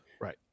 Right